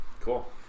cool